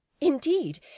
Indeed